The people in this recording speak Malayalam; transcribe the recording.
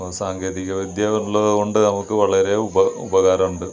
ആ സാങ്കേതിക വിദ്യ ഉള്ളത് കൊണ്ട് നമുക്ക് വളരെ ഉപ ഉപകാരം ഉണ്ട്